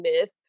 myth